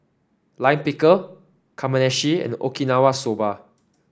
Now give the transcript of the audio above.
Lime Pickle Kamameshi and Okinawa Soba